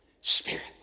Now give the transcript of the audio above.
Spirit